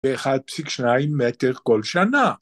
ב‫אחד פסיק שניים מטר כל שנה.